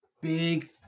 big